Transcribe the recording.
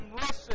listen